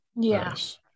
yes